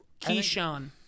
Keyshawn